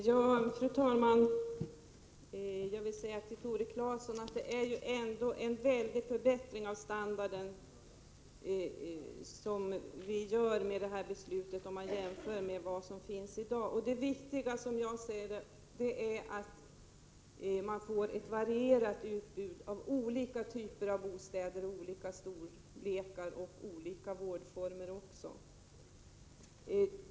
Fru talman! Jag vill säga till Tore Claeson att beslutet innebär en väldig standardförbättring jämfört med dagens situation. Det viktiga är att vi får ett varierat utbud: olika typer av bostäder, olika storlekar och även olika vårdformer.